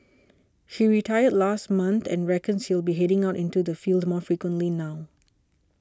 he retired last month and reckons he will be heading out into the field more frequently now